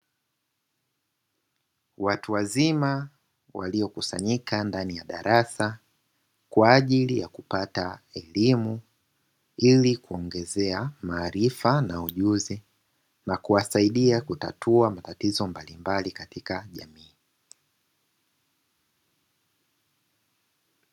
Watu wazima waliokusanyika ndani ya darasa kwa ajili ya kupata elimu, ili kuongezea maarifa na ujuzi, na kuwasaidia kutatua matatizo mbalimbali katika jamii.